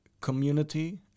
community